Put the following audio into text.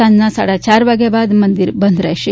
સાંજના સાડા ચાર વાગ્યા બાદ મંદિર બંધ રહેશે